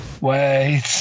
wait